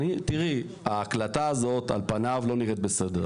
תראי, ההקלטה הזאת על פני לא נראית בסדר.